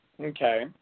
Okay